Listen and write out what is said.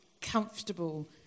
comfortable